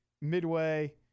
Midway